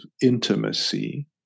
intimacy